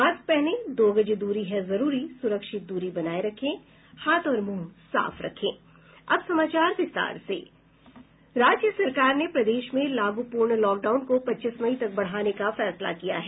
mask पहनें दो गज दूरी है जरूरी सुरक्षित दूरी बनाये रखें हाथ और मुंह साफ रखें अब समाचार विस्तार से राज्य सरकार ने प्रदेश में लागू पूर्ण लॉकडाउन को पच्चीस मई तक बढ़ाने का फैसला किया है